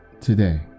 today